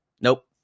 Nope